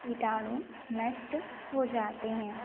कीटाणु नष्ट हो जाते हैं